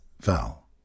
Val